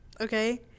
okay